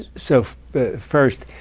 so first,